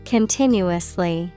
Continuously